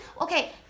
okay